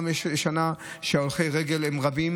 יש שנה שהולכי הרגל הם רבים